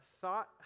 thought